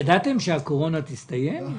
ידעתם שהקורונה תסתיים?